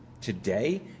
today